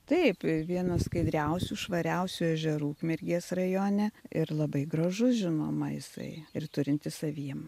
taip vienas skaidriausių švariausių ežerų ukmergės rajone ir labai gražus žinoma jisai ir turintis savyje